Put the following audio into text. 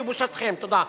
בבושתכם.